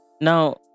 now